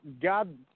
God